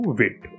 wait